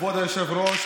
תודה רבה.